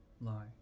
lie